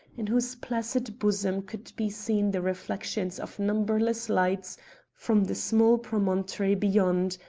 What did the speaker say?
in whose placid bosom could be seen the reflections of numberless lights from the small promontory beyond,